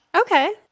okay